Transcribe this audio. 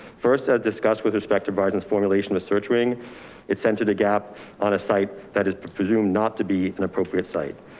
first i've discussed with respect to bars and formulations of searching it centered a gap on a site that is presumed not to be inappropriate site.